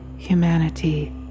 humanity